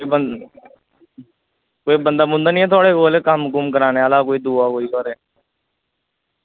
ते बंदा निं ऐ थुआढ़े कोल कम्म कराने आह्ला दूआ कोई